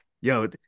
yo